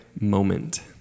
moment